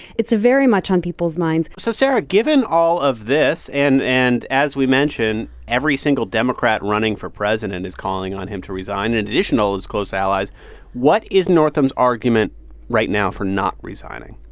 it's very much on people's minds so sarah, given all of this and and as we mentioned, every single democrat running for president is calling on him to resign in additional his close allies what is northam's argument right now for not resigning?